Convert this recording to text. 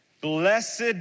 Blessed